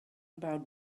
about